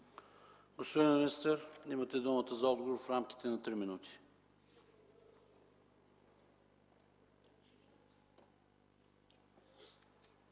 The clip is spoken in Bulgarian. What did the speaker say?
Господин министър, имате думата за отговор в рамките на три минути.